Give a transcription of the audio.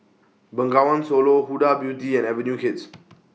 Bengawan Solo Huda Beauty and Avenue Kids